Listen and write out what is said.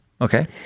Okay